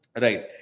Right